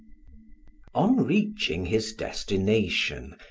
on reaching his destination,